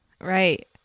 Right